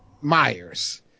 Myers